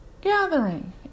Gathering